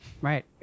Right